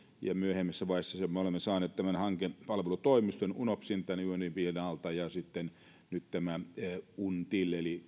ja myöhemmässä vaiheessa me olemme saaneet hankepalvelutoimisto unopsin tänne ja sitten nyt tämän untilin eli